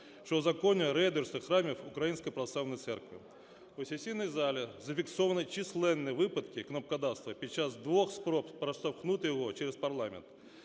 що узаконює рейдерство храмів Української Православної Церкви. У сесійній залі зафіксовані численні випадки кнопкодавства під час двох спроб проштовхнути його через парламент.